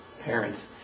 Parents